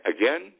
again